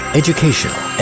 educational